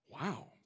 Wow